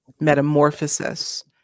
metamorphosis